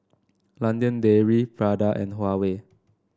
London Dairy Prada and Huawei